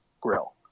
grill